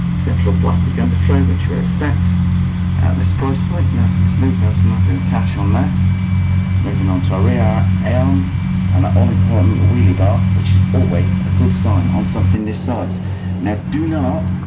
central plastic under tray which you would expect at this price point nice and smooth there's nothing to catch on there moving on to our rear a arms and that all important wheelie bar which is always a good sign on something this size now do not